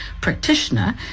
practitioner